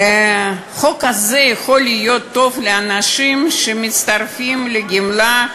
אדוני היושב-ראש, שרים, אדוני ראש הממשלה,